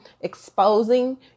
exposing